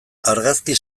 argazki